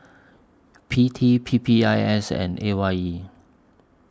P T P P I S and A Y E